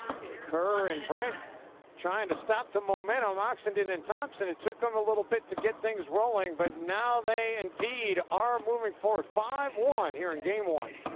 kerr and brent trying to stop the momentum. oxenden and thompson, it took them a little bit to get things rolling, but now they now indeed are moving forward. five one here in game one.